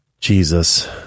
Jesus